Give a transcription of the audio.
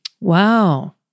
wow